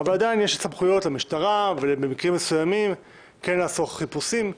אבל עדיין יש סמכויות למשטרה במקרים מסוימים כן לעשות חיפושים,